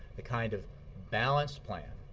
the kind of balanced plan